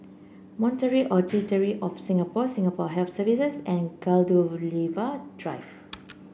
Monetary Authority Of Singapore Singapore Health Services and Gladiola Drive